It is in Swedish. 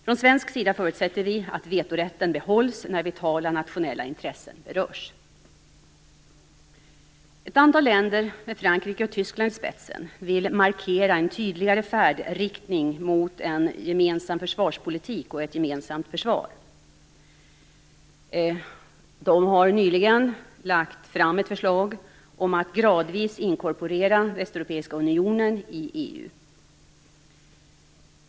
Från svensk sida förutsätter vi att vetorätten behålls när vitala nationella intressen berörs. Ett antal länder, men Frankrike och Tyskland i spetsen, vill markera en tydligare färdriktning mot en gemensam försvarspolitik och ett gemensamt försvar. De har nyligen lagt fram ett förslag om att gradvis inkorporera Västeuropeiska unionen i EU.